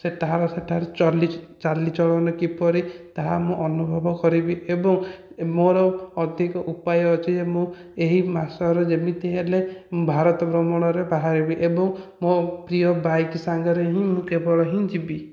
ସେଠାର ସେଠାର ଚଲି ଚାଲିଚଲଣ କିପରି ତାହା ମୁଁ ଅନୁଭବ କରିବି ଏବଂ ମୋର ଅଧିକ ଉପାୟ ଅଛି ଯେ ମୁଁ ଏହି ମାସରେ ଯେମିତି ହେଲେ ମୁଁ ଭାରତ ଭ୍ରମଣରେ ବାହାରିବି ଏବଂ ମୋ ପ୍ରିୟ ବାଇକ ସାଙ୍ଗରେ ହିଁ ମୁଁ କେବଳ ହିଁ ଯିବି